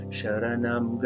Sharanam